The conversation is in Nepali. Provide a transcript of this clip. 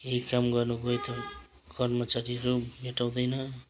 केही काम गर्नु गयो त कर्मचारीहरू भेट्टाउँदैन